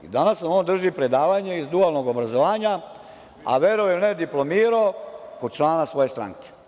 Danas nam on drži predavanje iz dualnog obrazovanja, a verovali ili ne, diplomirao je kod člana svoje stranke.